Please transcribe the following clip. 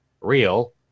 real